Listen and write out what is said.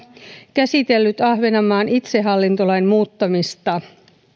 käsitellyt ahvenanmaan itsehallintolain muuttamista